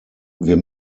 wir